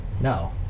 No